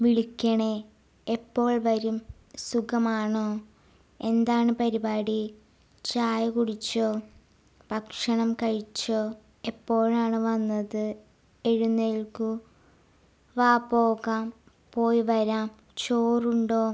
വിളിക്കണേ എപ്പോൾ വരും സുഖമാണോ എന്താണ് പരിപാടി ചായ കുടിച്ചോ ഭക്ഷണം കഴിച്ചോ എപ്പോഴാണ് വന്നത് എഴുന്നേൽക്കൂ വാ പോകാം പോയി വരാം ചോറുണ്ടോ